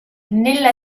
nella